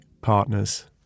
partners